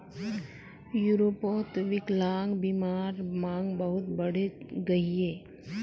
यूरोपोत विक्लान्ग्बीमार मांग बहुत बढ़े गहिये